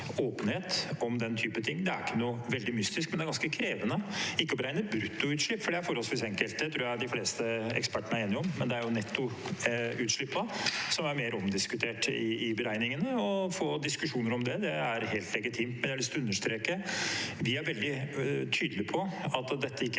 åpenhet om den type ting. Det er ikke noe veldig mystisk, men det er ganske krevende – ikke å beregne brutto utslipp, for det er forholdsvis enkelt, det tror jeg de fleste ekspertene er enige om. Det er nettoutslippene som er mer omdisku tert å beregne. Å få diskusjoner om det er helt legitimt. Men jeg har lyst til å understreke: Vi er veldig tydelige på at dette ikke